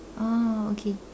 ah okay